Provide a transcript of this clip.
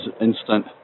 instant